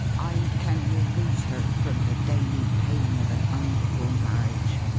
i can release her from the daily pain of an unequal marriage,